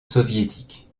soviétique